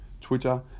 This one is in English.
Twitter